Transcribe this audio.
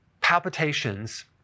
palpitations